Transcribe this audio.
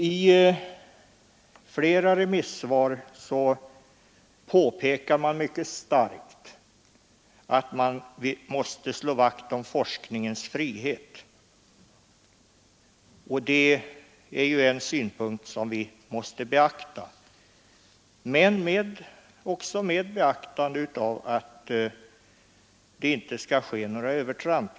I flera remissvar påpekar man mycket starkt att vi måste slå vakt om forskningens frihet, och det är ju en synpunkt som måste beaktas, dock naturligtvis också med iakttagande av att det inte skall ske några övertramp.